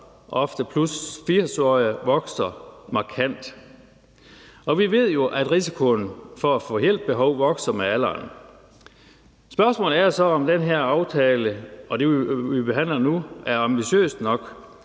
ofte +80-årige, vokser markant. Og vi ved jo, at risikoen for hjælp behov vokser med alderen. Spørgsmålet er så, om den her aftale og det, vi behandler nu, er ambitiøst nok.